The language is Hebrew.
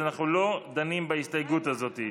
אז אנחנו לא דנים בהסתייגות הזאת.